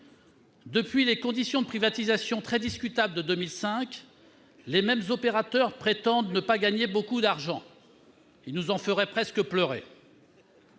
Depuis les conditions de privatisation très discutables de 2005, ces sociétés prétendent ne pas gagner beaucoup d'argent. Elles nous en feraient presque pleurer